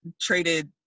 traded